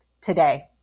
today